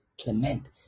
Clement